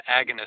agonist